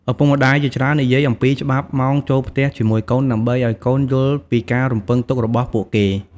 ឪពុកម្តាយជាច្រើននិយាយអំពីច្បាប់ម៉ោងចូលផ្ទះជាមួយកូន ដើម្បីឱ្យកូនយល់ពីការរំពឹងទុករបស់ពួកគេ។